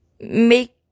make